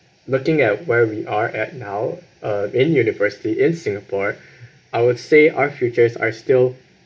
looking at where we are at now uh in university in singapore I would say our futures are still